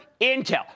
Intel